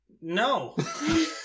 No